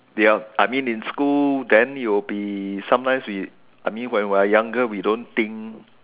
yup I mean in school then we'll be sometimes we I mean when we are younger we don't think